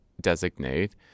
designate